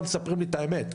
זאת פעולה יוצאת מגדר הרגיל.